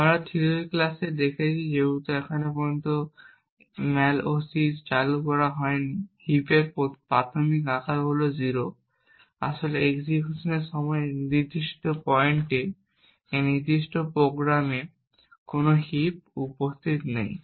আমরা থিওরি ক্লাসে দেখেছি যেহেতু এখনও পর্যন্ত malloc চালু করা হয়নি হিপের প্রাথমিক আকার হল 0 আসলে এক্সিকিউশনের সময় এই নির্দিষ্ট পয়েন্টে এই নির্দিষ্ট প্রোগ্রামে কোনও হিপ উপস্থিত নেই